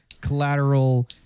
collateral